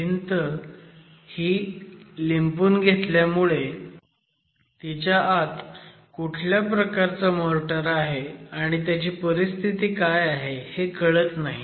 भिंत ही लिंपून घेतल्यामुळे तिच्या आत कुठल्या प्रकारचं मोर्टर आहे आणि त्याची परिस्थिती काय आहे हे कळत नाही